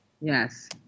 yes